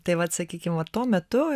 tai vat sakykim vat tuo metu